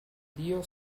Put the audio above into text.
dio